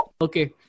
Okay